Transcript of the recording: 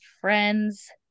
friends